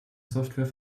software